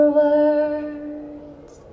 words